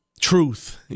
truth